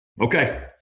okay